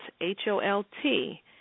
H-O-L-T